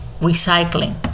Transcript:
recycling